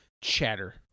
chatter